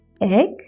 Egg